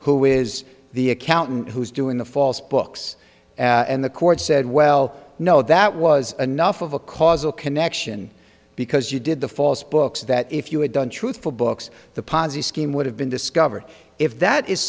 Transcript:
who is the accountant who's doing the false books and the court said well no that was enough of a causal connection because you did the false books that if you had done truthful books the pozzi scheme would have been discovered if that is